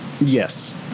Yes